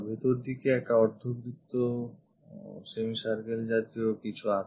ভেতরদিকে একটা অর্ধবৃত্ত semicircle জাতীয় কিছু আছে